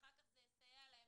אחר כך זה יסייע להם,